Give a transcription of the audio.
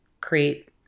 create